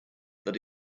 that